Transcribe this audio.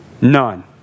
None